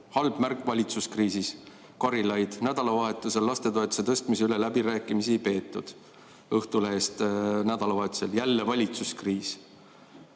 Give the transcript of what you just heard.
"Halb märk valitsuskriisis?"; "Karilaid: Nädalavahetusel lastetoetuse tõstmise üle läbirääkimisi ei peetud", Õhtulehest nädalavahetusel; "Jälle valitsuskriis!",